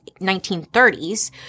1930s